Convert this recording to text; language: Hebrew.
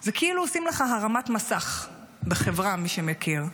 זה כאילו עושים לך הרמת מסך בחברה, מי שמכיר.